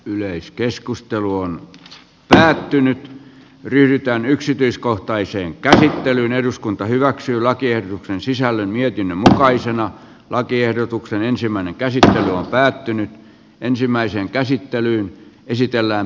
yleiskeskustelu on nyt päättynyt yhtään yksityiskohtaiseen käsittelyyn eduskunta hyväksyi lakiehdotuksen sisällön mietinnön sellaisenaan lakiehdotuksen ensimmäinen käsite on että tämä lakiesitys hyväksytään muuttamattomana